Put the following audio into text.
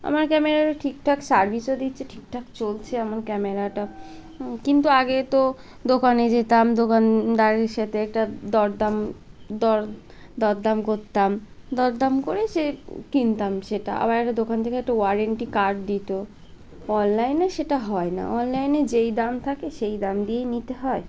আমার ক্যামেরাটা ঠিকঠাক সার্ভিসও দিচ্ছে ঠিকঠাক চলছে আমার ক্যামেরাটা কিন্তু আগে তো দোকানে যেতাম দোকানদারের সাথে একটা দরদাম দর দরদাম করতাম দরদাম করে সে কিনতাম সেটা আবার একটা দোকান থেকে একটা ওয়ারেন্টি কার্ড দিত অনলাইনে সেটা হয় না অনলাইনে যেই দাম থাকে সেই দাম দিয়েই নিতে হয়